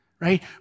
right